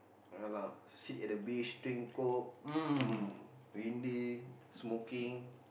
ya lah sit at the beach drink coke um windy smoking